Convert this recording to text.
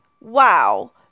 Wow